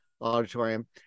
auditorium